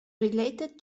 related